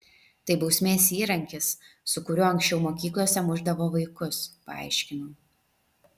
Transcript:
tai bausmės įrankis su kuriuo anksčiau mokyklose mušdavo vaikus paaiškinau